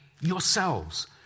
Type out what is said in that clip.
yourselves